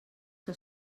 que